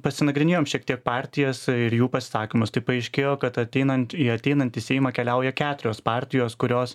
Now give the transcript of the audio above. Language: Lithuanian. pasinagrinėjom šiek tiek partijas ir jų pasisakymus tai paaiškėjo kad ateinant į ateinantį seimą keliauja keturios partijos kurios